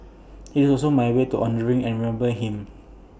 IT is also my way to honouring and remembering him